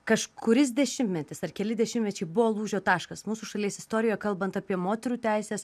kažkuris dešimtmetis ar keli dešimtmečiai buvo lūžio taškas mūsų šalies istorijoje kalbant apie moterų teises